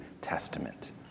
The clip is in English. Testament